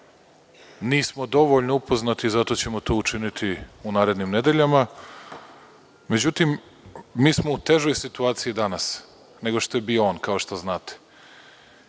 Nismo dovoljno upoznati. Zato ćemo to učiniti u narednim nedeljama.Međutim, mi smo u težoj situaciji danas nego što bi on, kao što znate,